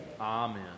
Amen